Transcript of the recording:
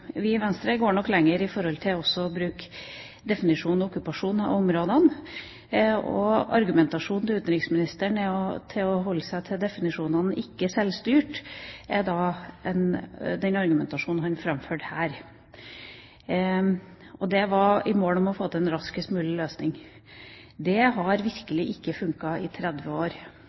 Vi i Venstre går nok lenger ved at vi også bruker definisjonen «okkupasjon» av områdene. Utenriksministerens argumentasjon for å holde seg til definisjonen «ikke-selvstyrt» som han framførte her, er målet om å få til en raskest mulig løsning. Det har virkelig ikke fungert i 30 år.